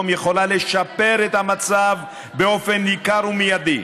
יכולה לשפר את המצב באופן ניכר ומיידי.